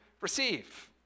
receive